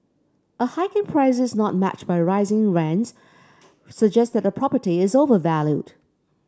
a hike in prices not matched by rising rents suggests that a property is overvalued